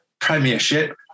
Premiership